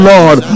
Lord